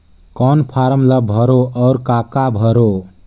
कौन फारम ला भरो और काका भरो?